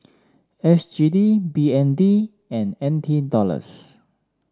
S G D B N D and N T Dollars